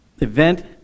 event